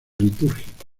litúrgico